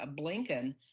Blinken